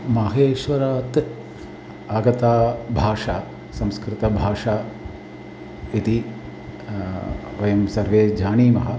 माहेश्वरात् आगता भाषा संस्कृतभाषा इति वयं सर्वे जानीमः